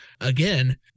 Again